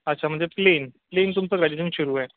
अच्छा म्हणजे plain plain तुमचं ग्रॅज्युएशन सुरु आहे